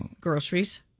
groceries